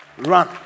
run